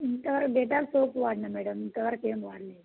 ఇంకా Dettol soap వాడినా madam ఇంతవరకు ఏమి వాడలేదు